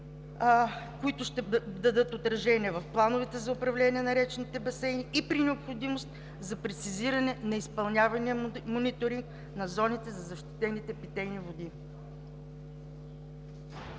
които ще дадат отражение в плановете за управление на речните басейни, а при необходимост и за прецизиране на изпълнявания мониторинг на зоните за защитените питейни води.